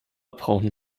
brauchen